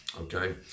Okay